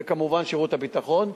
וכמובן שירות הביטחון,